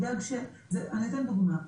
אני אתן דוגמה,